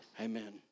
Amen